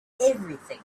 everything